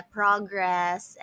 progress